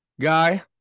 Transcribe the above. guy